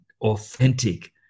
authentic